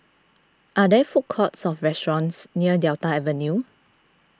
are there food courts or restaurants near Delta Avenue